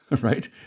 Right